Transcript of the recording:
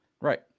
Right